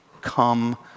Come